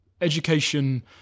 Education